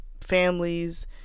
families